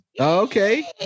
Okay